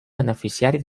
beneficiari